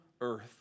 earth